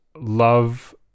love